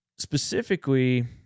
Specifically